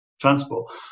transport